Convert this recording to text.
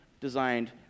designed